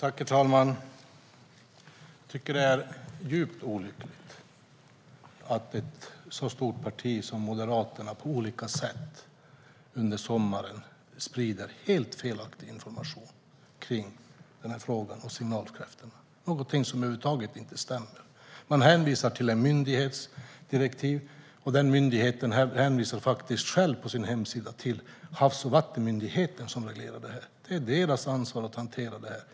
Herr talman! Det är djupt olyckligt att ett så stort parti som Moderaterna på olika sätt under sommaren har spridit helt felaktig information i frågan om signalkräftan. Informationen stämmer över huvud taget inte. Man hänvisar till en myndighets direktiv, men denna myndighet hänvisar på sin hemsida till Havs och vattenmyndigheten, som reglerar detta. Det är dess ansvar att hantera detta.